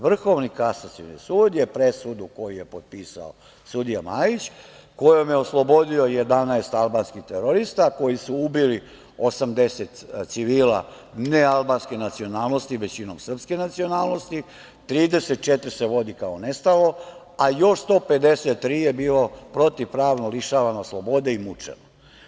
Vrhovni kasacioni sud je presudu koju je potpisao sudija Majić, kojom je oslobodio 11 albanskih terorista, koji su ubili 80 civila, nealbanske nacionalnosti, većinom srpske nacionalnosti, 34 se vodi kao nestalo, a još 153 je bilo protivpravno lišavano slobode i mučeno.